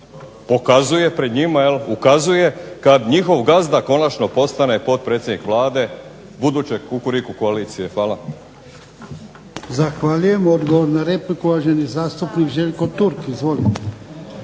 pokazuje pred njima, ukazuje, kad njihov gazda konačno postane potpredsjednik Vlade buduće kukuriku koalicije. Hvala.